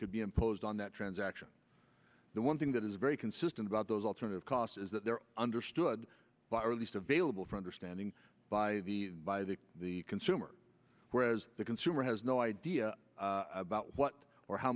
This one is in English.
could be imposed on that transaction the one thing that is very consistent about those alternative costs is that there are understood by or at least available for understanding by the by they the consumer whereas the consumer has no idea about what or how